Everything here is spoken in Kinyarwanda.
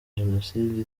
jenoside